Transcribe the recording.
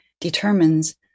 determines